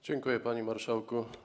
Dziękuję, panie marszałku.